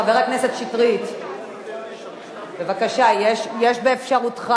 חבר הכנסת שטרית, בבקשה, יש באפשרותך